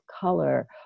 color